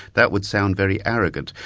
that would sound very arrogant.